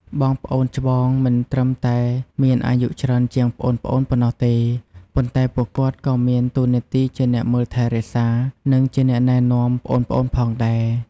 បងប្អូនច្បង មិនត្រឹមតែមានអាយុច្រើនជាងប្អូនៗប៉ុណ្ណោះទេ ប៉ុន្តែពួកគាត់ក៏មាន តួនាទីជាអ្នកមើលថែរក្សា និងជាអ្នកណែនាំ ប្អូនៗផងដែរ។